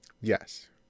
yes